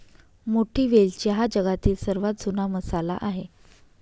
मोठी वेलची हा जगातील सर्वात जुना मसाला आहे